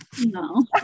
no